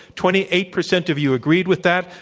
twenty eight percent of you agreed with that.